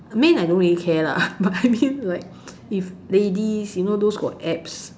men I don't really care lah but I mean like if ladies you know those got abs